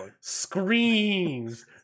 screams